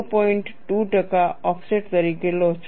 2 ટકા ઓફસેટ તરીકે લો છો